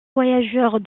voyageurs